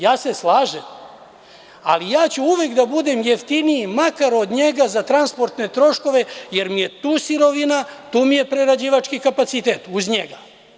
Ja se slažem, ali ja ću uvek da budem jeftiniji makar od njega za transportne troškove jer mi je tu sirovina, tu mi je prerađivački kapacitet, uz njega.